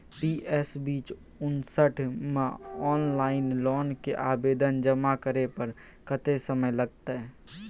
PS बीच उनसठ म ऑनलाइन लोन के आवेदन जमा करै पर कत्ते समय लगतै?